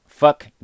Fuck